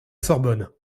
sorbonne